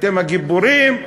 אתם הגיבורים,